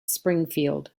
springfield